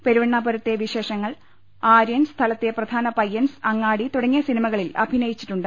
പെരുവണ്ണാപുരത്തെ വിശേഷങ്ങൾ ആര്യൻ സ്ഥലത്തെ പ്രധാന പയ്യൻസ് അങ്ങാടി തുടങ്ങിയ സിനിമകളിൽ അഭിനയിച്ചിട്ടുണ്ട്